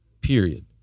period